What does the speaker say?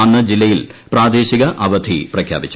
അന്ന് ജില്ലയിൽ പ്രാദേശിക അവധി പ്രഖ്യാപിച്ചു